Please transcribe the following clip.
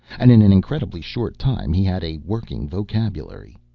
and in an incredibly short time he had a working vocabulary.